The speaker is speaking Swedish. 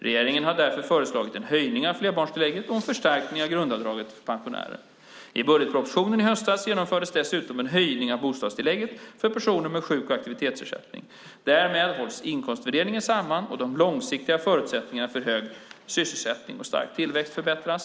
Regeringen har därför föreslagit en höjning av flerbarnstillägget och en förstärkning av grundavdraget för pensionärer. I budgetpropositionen i höstas genomfördes dessutom en höjning av bostadstillägget för personer med sjuk och aktivitetsersättning. Därmed hålls inkomstfördelningen samman, och de långsiktiga förutsättningarna för hög sysselsättning och stark tillväxt förbättras.